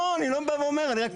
לא, אני לא בא ואומר לך מה לעשות.